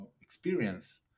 experience